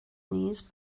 knees